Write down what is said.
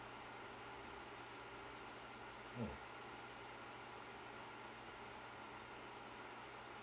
mm